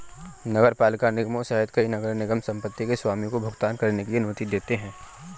नगरपालिका निगमों सहित कई नगर निगम संपत्ति के स्वामी को भुगतान करने की अनुमति देते हैं